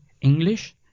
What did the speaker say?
English